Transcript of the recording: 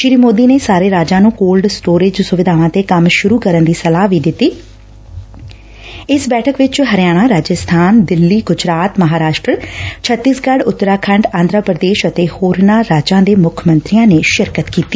ਸ੍ਰੀ ਮੋਦੀ ਨੇ ਸਾਰੇ ਰਾਜਾਂ ਨੂੰ ਕੋਲਡ ਸਟੋਰੇਜ ਸੁਵਿਧਾਵਾਂ ਤੇ ਕੰਮ ਸੁਰੁ ਕਰਨ ਦੀ ਸਲਾਹ ਵੀ ਦਿੱਤੀ ਇਸ ਬੈਠਕ ਵਿਚ ਹਰਿਆਣਾ ਰਾਜਸਬਾਨ ਦਿੱਲੀ ਗੁਜਰਾਤ ਮਹਾਰਾਸਟਰ ਛਤੀਸ਼ਗੜ ਉਤਰਾਖੰਡ ਆਧਰਾ ਪ੍ਰਦੇਸ਼ ਅਤੇ ਹੋਰਨਾਂ ਰਾਜਾ ਦੇ ਮੁੱਖ ਮੰਤਰੀਆ ਨੇ ਸ਼ਿਰਕਤ ਕੀਤੀ